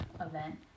event